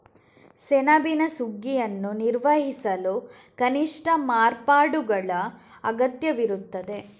ಸೆಣಬಿನ ಸುಗ್ಗಿಯನ್ನು ನಿರ್ವಹಿಸಲು ಕನಿಷ್ಠ ಮಾರ್ಪಾಡುಗಳ ಅಗತ್ಯವಿರುತ್ತದೆ